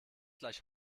gleich